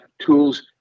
tools